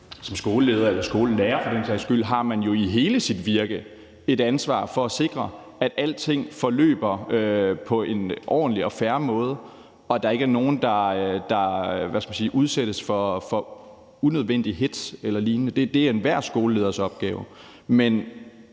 sags skyld skolelærer har man jo i hele sit virke et ansvar for at sikre, at alting forløber på en ordentlig og fair måde, og at der ikke er nogen, der udsættes for unødvendig hetz eller lignende. Det er enhver skoleleders opgave.